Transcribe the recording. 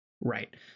Right